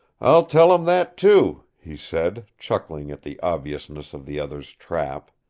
i'll tell him that, too, he said, chuckling at the obviousness of the other's trap.